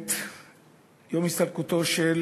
את יום הסתלקותו של